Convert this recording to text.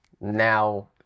now